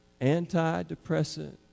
Antidepressant